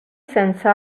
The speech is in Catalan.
sense